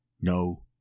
No